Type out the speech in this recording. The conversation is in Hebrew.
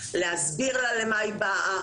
להסביר לה למה היא באה,